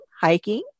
hiking